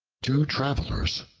two travelers,